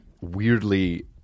weirdly